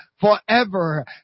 forever